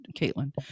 Caitlin